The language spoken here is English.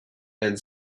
and